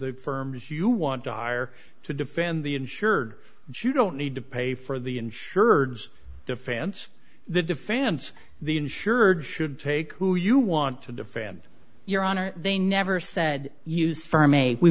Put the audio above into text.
the firms you want to hire to defend the insured sure don't need to pay for the insured defense the defense the insured should take who you want to defend your honor they never said use firm a we